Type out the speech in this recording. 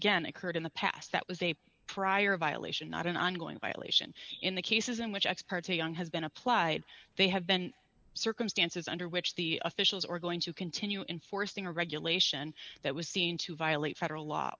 again occurred in the past that was a prior violation not an ongoing violation in the cases in which ex parte young has been applied they have been circumstances under which the officials are going to continue in forcing a regulation that was seen to violate federal law